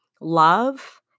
love